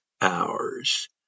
hours